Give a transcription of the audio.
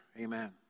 Amen